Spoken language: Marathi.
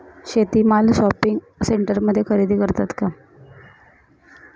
शेती माल शॉपिंग सेंटरमध्ये खरेदी करतात का?